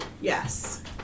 Yes